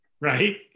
right